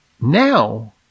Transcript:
Now